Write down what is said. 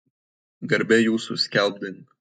garbę jūsų skelbdink